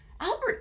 Albert